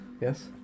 yes